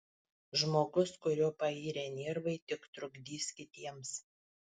žmogus kurio pairę nervai tik trukdys kitiems